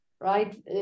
right